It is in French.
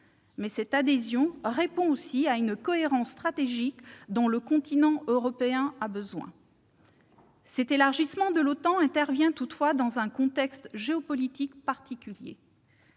mais elle répond aussi à une cohérence stratégique dont le continent européen a besoin. Cet élargissement de l'OTAN intervient toutefois dans un contexte géopolitique particulier.